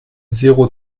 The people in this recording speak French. zéro